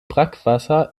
brackwasser